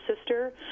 sister